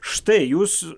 štai jūs